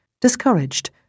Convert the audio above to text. Discouraged